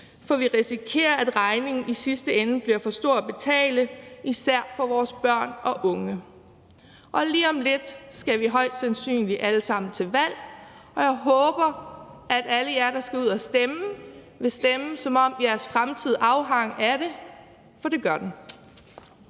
for vi risikerer, at regningen i sidste ende bliver for stor at betale, især for vores børn og unge. Lige om lidt skal vi højst sandsynligt alle sammen til valg, og jeg håber, at alle jer, der skal ud og stemme, vil stemme, som om jeres fremtid afhang af det. For det gør den.